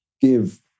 give